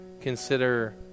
consider